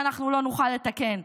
שאנחנו לא נוכל לתקן.